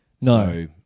No